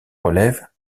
relève